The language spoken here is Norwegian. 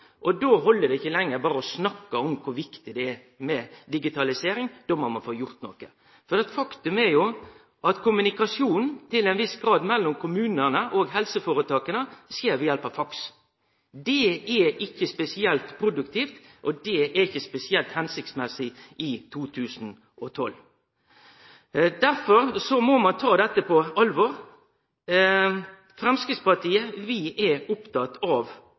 Då held det ikkje lenger berre å snakke om kor viktig det er med digitalisering. Då må ein få gjort noko, for faktum er at kommunikasjonen mellom kommunane og helseføretaka til ein viss grad skjer ved hjelp av faks. Det er ikkje spesielt produktivt, og det er ikkje spesielt føremålstenleg i 2012. Derfor må ein ta dette på alvor. Framstegspartiet er oppteke av